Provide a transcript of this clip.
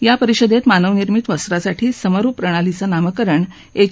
या परिषदेत मानवनिर्मित वस्त्रासाठी समरुप प्रणालीचं नामकरण एच